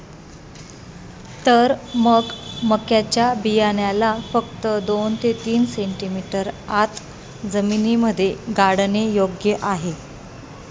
तर मग मक्याच्या बियाण्याला फक्त दोन ते तीन सेंटीमीटर आत जमिनीमध्ये गाडने योग्य आहे